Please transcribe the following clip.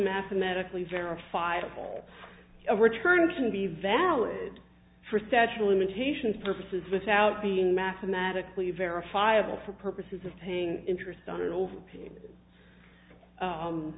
mathematically verifiable a return can be valid for statue of limitations purposes without being mathematically verifiable for purposes of paying interest on an over